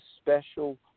special